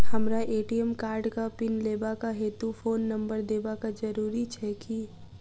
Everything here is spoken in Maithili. हमरा ए.टी.एम कार्डक पिन लेबाक हेतु फोन नम्बर देबाक जरूरी छै की?